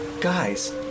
Guys